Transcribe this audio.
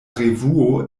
revuo